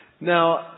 Now